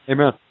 Amen